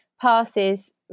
passes